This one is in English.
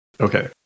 Okay